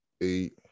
eight